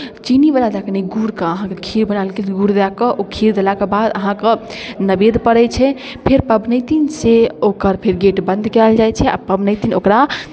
चीनीवला नहि गुड़के अहाँके खीर बनाएल गुड़ दऽ कऽ ओ खीर देलाके बाद अहाँके नैवेद्य पड़ै छै फेर पबनैतिन से ओकर फेर गेट बन्द कएल जाइ छै आओर पबनैतिन ओकरा